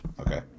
Okay